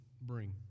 bring